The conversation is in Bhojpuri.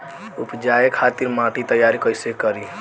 उपजाये खातिर माटी तैयारी कइसे करी?